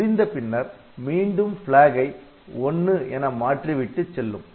முடிந்த பின்னர் மீண்டும் Flag ஐ '1' என மாற்றி விட்டுச்செல்லும்